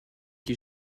qui